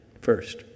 first